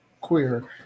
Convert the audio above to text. Queer